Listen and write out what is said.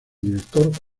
director